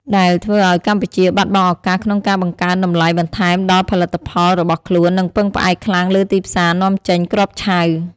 ដែលធ្វើឱ្យកម្ពុជាបាត់បង់ឱកាសក្នុងការបង្កើនតម្លៃបន្ថែមដល់ផលិតផលរបស់ខ្លួន និងពឹងផ្អែកខ្លាំងលើទីផ្សារនាំចេញគ្រាប់ឆៅ។